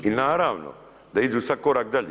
I naravno da idu sad korak dalje.